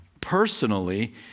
personally